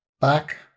back